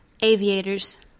Aviators